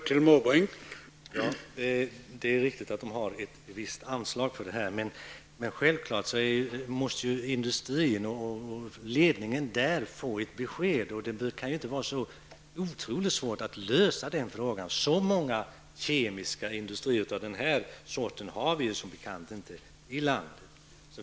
Herr talman! Det är riktigt att företaget har fått ett visst anslag för detta. Men industrin och ledningen måste självfallet få ett besked, och det kan ju inte vara så otroligt svårt att lösa den frågan. Så många kemiska industrier av denna sort har vi ju som bekant inte i landet.